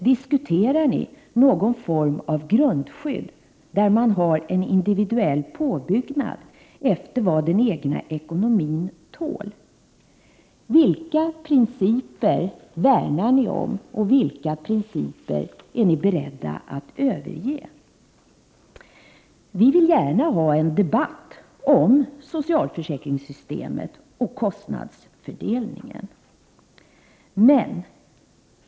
Diskuterar ni någon form av grundskydd där man har en individuell påbyggnad efter vad den egna ekonomin tål? Vilka principer värnar ni om, och vilka principer är ni beredda att överge? Vi vill gärna ha en debatt om socialförsäkringssystemet och kostnadsfördelningen.